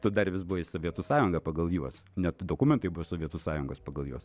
tu dar vis buvai sovietų sąjunga pagal juos net dokumentai buvo sovietų sąjungos pagal juos